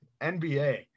NBA